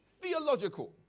theological